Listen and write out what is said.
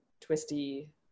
twisty